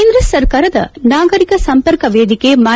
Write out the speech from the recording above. ಕೇಂದ್ರ ಸರ್ಕಾರದ ನಾಗರಿಕ ಸಂಪರ್ಕ ವೇದಿಕೆ ಮ್ಯೆ